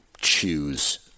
choose